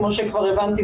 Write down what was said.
כמו שכבר הבנתי,